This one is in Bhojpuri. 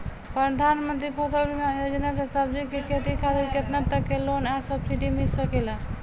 प्रधानमंत्री फसल बीमा योजना से सब्जी के खेती खातिर केतना तक के लोन आ सब्सिडी मिल सकेला?